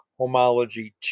homology